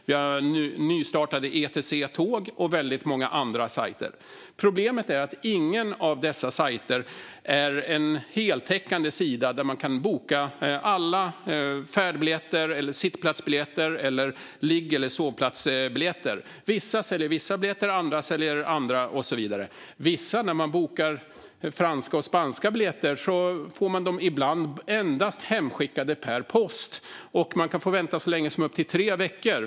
Vidare finns nystartade ETC Tåg och väldigt många andra sajter. Problemet är att ingen av dessa sajter är en heltäckande sida där man kan boka alla färdbiljetter, sittplatsbiljetter eller ligg och sovplatsbiljetter. Vissa säljer vissa biljetter och andra säljer andra. När man bokar vissa franska och spanska biljetter får man dem från vissa ställen endast hemskickade per post, och man kan få vänta så länge som upp till tre veckor.